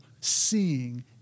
Seeing